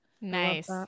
Nice